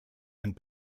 and